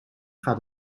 gaat